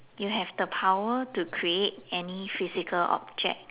you have the power to create any physical object